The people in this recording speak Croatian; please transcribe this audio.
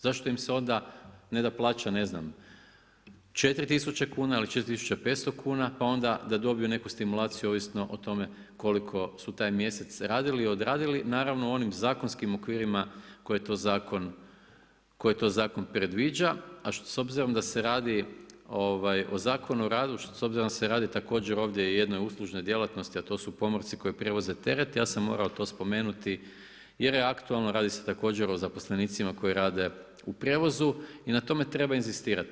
Zašto im se onda ne da plaća, ne znam, 4 000 kuna ili 4 500 kuna pa onda da dobiju neku stimulaciju ovisno o tome koliko su taj mjesec radili i odradili, naravno u onim zakonskim okvirima koje to zakon predviđa a s obzirom da se radi o Zakonu o radu, s obzirom da se radi također ovdje i o jednoj uslužnoj djelatnost a to su pomorci koji prevoze teret, ja sam morao spomenuti jer je aktualno, radi se također o zaposlenicima koji rade u prijevozu i na tome treba inzistirati.